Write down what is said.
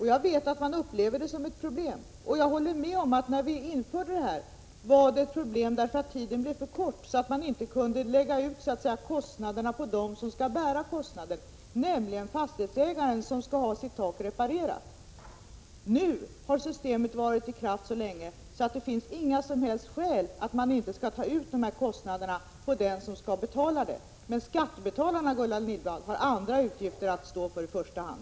Jag vet att man uppfattar dessa regler som ett problem. Jag håller med om att det var ett problem när vi införde systemet, eftersom tiden blev för kort för att man skulle kunna lägga ut kostnaderna på dem som skall bära dessa kostnader, nämligen fastighetsägarna. Det är den fastighetsägare som får sitt tak reparerat som skall betala. Nu har systemet varit i kraft så länge att det inte finns några som helst skäl att inte ta ut kostnaderna från den som skall betala. Men skattebetalarna, Gullan Lindblad, har andra utgifter att stå för i första hand.